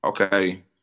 Okay